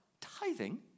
tithing